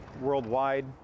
worldwide